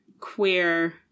queer